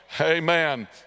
Amen